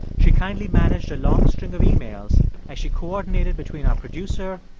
she kindly managed a long string of emails as she coordinated between our producer,